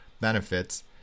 benefits